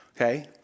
okay